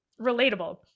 relatable